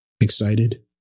excited